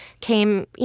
came